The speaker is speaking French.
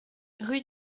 rue